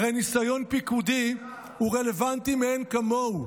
הרי ניסיון פיקודי הוא רלוונטי מאין כמוהו.